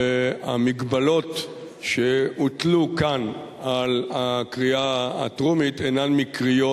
המגבלות שהוטלו כאן על הקריאה הטרומית אינן מקריות.